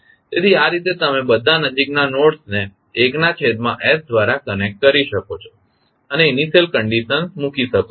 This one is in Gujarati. તેથી આ રીતે તમે બધા નજીકના નોડસને 1 ના છેદમાં s દ્વારા કનેક્ટ કરી શકો છો અને ઇનિશિયલ કંડિશન મૂકી શકો છો